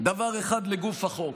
דבר אחד לגוף החוק,